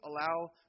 allow